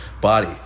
body